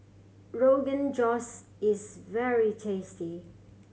Rogan Josh is very tasty